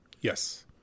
Yes